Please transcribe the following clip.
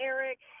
Eric